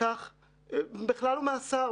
בכלל לא מהשר.